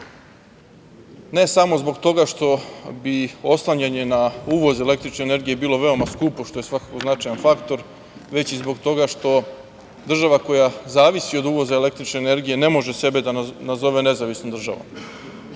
ne samo zbog toga što bi oslanjanje na uvoz električne energije bilo veoma skupo, što je svakako značajan faktor, već i zbog toga što država koja zavisi od uvoza električne energije ne može sebe da nazove nezavisnom državom.